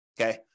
Okay